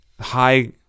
high